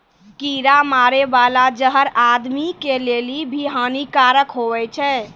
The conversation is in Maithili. कीड़ा मारै बाला जहर आदमी के लेली भी हानि कारक हुवै छै